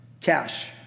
cash